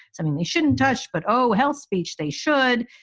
i mean, they shouldn't touch. but o health speech, they should.